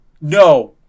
No